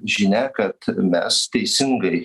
žinia kad mes teisingai